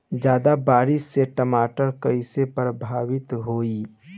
ज्यादा बारिस से टमाटर कइसे प्रभावित होयी?